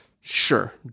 sure